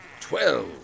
Twelve